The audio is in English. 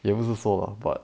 也不是说 lah but